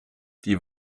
die